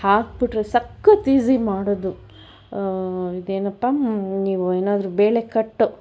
ಹಾಕ್ಬಿಟ್ರೆ ಸಖತ್ ಈಸಿ ಮಾಡೋದು ಇದೇನಪ್ಪ ನೀವು ಏನಾದರೂ ಬೇಳೆ ಕಟ್ಟು